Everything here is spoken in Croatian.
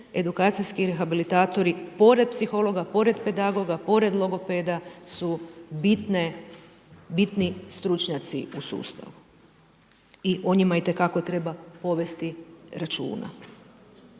edukacijski rehabilitatori, pored psihologa, pored pedagoga, pored logopeda, su bitni stručnjaci u sustavu i o njima itekako treba povesti računa.